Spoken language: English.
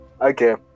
okay